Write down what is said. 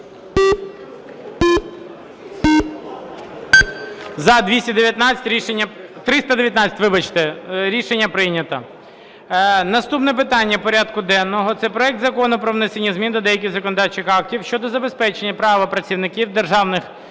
За-319 Рішення прийнято. Наступне питання порядку денного – це проект Закону про внесення змін до деяких законодавчих актів щодо забезпечення права працівників державних